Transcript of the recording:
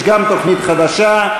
יש גם תוכנית חדשה.